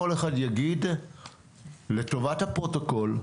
כל אחד יגיד לטובת הפרוטוקול,